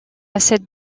cette